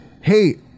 hey